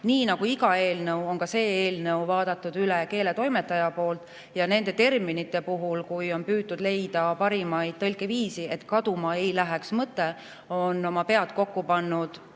Nii nagu iga eelnõu, on ka selle eelnõu keeletoimetaja üle vaadanud ja nende terminite puhul, kui on püütud leida parimat tõlkeviisi, et kaduma ei läheks mõte, on oma pead kokku pannud,